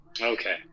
Okay